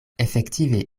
efektive